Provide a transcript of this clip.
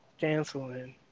canceling